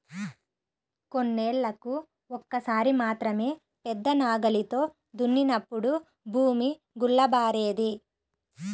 కొన్నేళ్ళకు ఒక్కసారి మాత్రమే పెద్ద నాగలితో దున్నినప్పుడు భూమి గుల్లబారేది